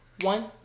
one